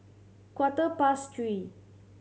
quarter past three